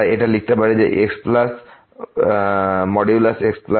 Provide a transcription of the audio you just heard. আমরা এটা লিখতে পারি যে x প্লাস xy এর থেকে কম